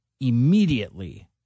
immediately